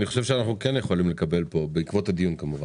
אני חושב שאנחנו כן יכולים לקבל פה החלטות בעקבות הדיון כמובן,